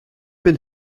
been